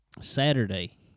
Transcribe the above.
Saturday